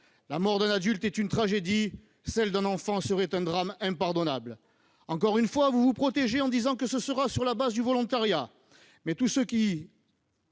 La mort d'un adulte est une tragédie, celle d'un enfant serait un drame impardonnable ! Encore une fois, vous vous protégez en déclarant que la reprise se fera sur la base du volontariat, mais que feront